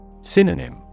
Synonym